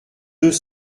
deux